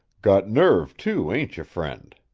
got nerve, too, ain't you, friend?